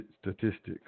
statistics